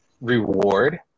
reward –